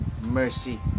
mercy